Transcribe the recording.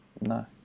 No